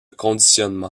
conditionnement